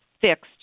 fixed